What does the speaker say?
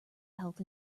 health